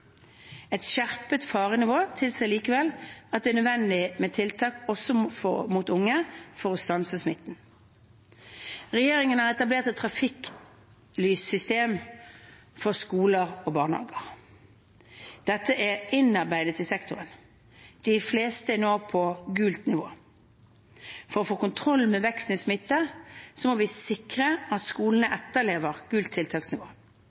Et skjerpet farenivå tilsier likevel at det er nødvendig med tiltak også overfor unge for å stanse smitten. Regjeringen har etablert et trafikklyssystem for skoler og barnehager. Dette er innarbeidet i sektoren, og de fleste er nå på gult nivå. For å få kontroll med veksten i smitte må vi sikre at skolene